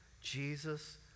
Jesus